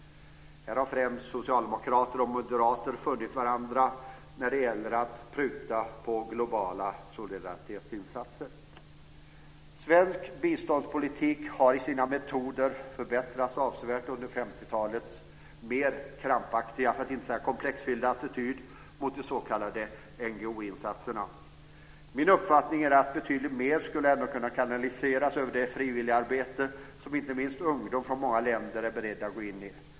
Här har främst socialdemokrater och moderater funnit varandra när det gäller att pruta på globala solidaritetsinsatser. Svensk biståndspolitik har i sina metoder förbättrats avsevärt från 50-talets mer krampaktiga för att inte säga komplexfyllda attityd mot de s.k. NGO insatserna. Min uppfattning är att betydligt mer skulle kunna kanaliseras över det frivilligarbete som inte minst ungdomar från många länder är beredda att gå in i.